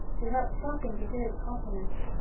without stopping to hear his compliments,